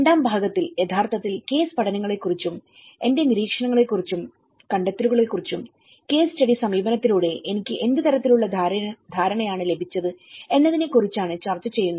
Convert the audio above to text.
രണ്ടാം ഭാഗത്തിൽ യഥാർത്ഥത്തിൽ കേസ് പഠനങ്ങളെക്കുറിച്ചും എന്റെ നിരീക്ഷണങ്ങളെക്കുറിച്ചും കണ്ടെത്തലുകളെക്കുറിച്ചും കേസ് സ്റ്റഡിസമീപനത്തിലൂടെ എനിക്ക് എന്ത് തരത്തിലുള്ള ധാരണയാണ് ലഭിച്ചത് എന്നതിനെ കുറിച്ചാണ് ചർച്ച ചെയ്യുന്നത്